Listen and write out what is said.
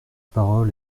parole